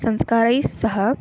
संस्कारैस्सह